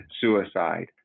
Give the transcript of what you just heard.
suicide